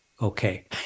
okay